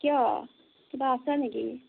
কিয় কিবা আছে নেকি